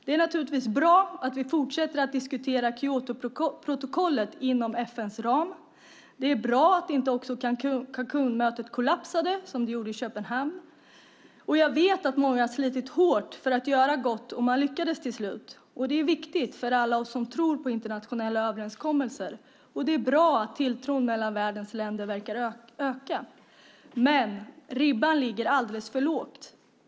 Det är naturligtvis bra att vi fortsätter att diskutera Kyotoprotokollet inom FN:s ram. Det är bra att inte också Cancúnmötet kollapsade som mötet i Köpenhamn gjorde. Jag vet att många har slitit hårt för att göra gott, och man lyckades till slut. Det är viktigt för alla oss som tror på internationella överenskommelser. Det är bra att tilltron hos världens länder verkar öka. Men ribban ligger alldeles för lågt.